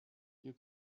you